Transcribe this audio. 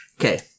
Okay